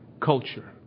culture